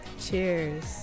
Cheers